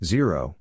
Zero